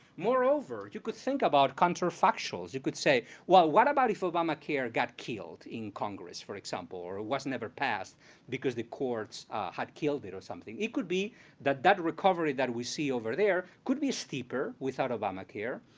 moreover, you could think about counterfactuals. you could say, well, what about if obamacare got killed in congress, for example, or wasn't ever passed because the courts had killed it or something. it could be that that recovery that we see over there could be a steeper without obamacare.